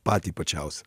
patį plačiausią